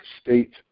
state